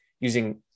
using